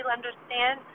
understand